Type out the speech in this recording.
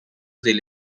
del